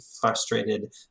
frustrated